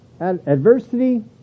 Adversity